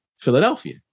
Philadelphia